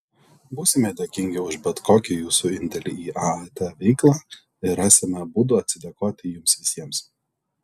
būsime dėkingi už bet kokį jūsų indėlį į aat veiklą ir rasime būdų atsidėkoti jums visiems